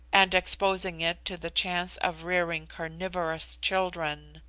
and exposing it to the chance of rearing carnivorous children.